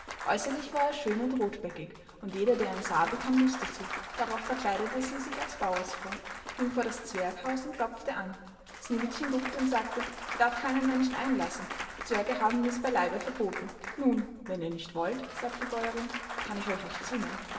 äußerlich war er schön und rothbäckig und jeder der ihn sah bekam lust dazu darauf verkleidete sie sich als bauersfrau ging vor das zwerghaus und klopfte an sneewittchen guckte und sagte ich darf keinen menschen einlassen die zwerge haben mirs bei leibe verboten nun wenn ihr nicht wollt sagte die bäuerin kann ich euch nicht zwingen